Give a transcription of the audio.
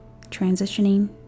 transitioning